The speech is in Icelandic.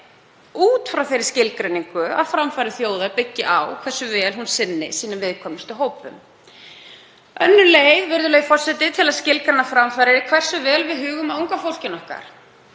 út frá þeirri skilgreiningu að framfarir þjóðar byggi á hversu vel hún sinnir sínum viðkvæmustu hópum. Önnur leið til að skilgreina framfarir er hversu vel við hugum að unga fólkinu okkar,